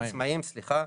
עצמאים, סליחה.